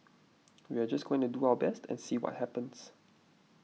we are just going to do our best and see what happens